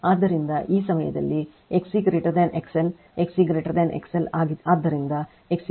ಆದ್ದರಿಂದ ಆ ಸಮಯದಲ್ಲಿ XC XL XC XL